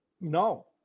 No